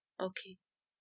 okay